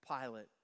Pilate